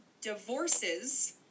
divorces